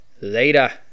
Later